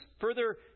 further